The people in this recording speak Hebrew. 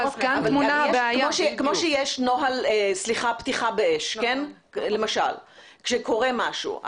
כמו שלמשל יש נוהל פתיחה באש עת קורה משהו,